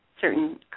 certain